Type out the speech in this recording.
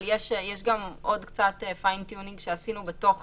אבל יש גם עוד קצת פיין טיונינג שעשינו בתוך